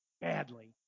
badly